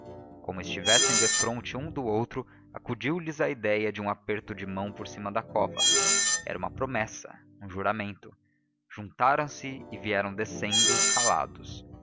como estivessem defronte um do outro acudiu lhes a ideia de um aperto de mão por cima da cova era uma promessa um juramento juntaram se e vieram descendo calados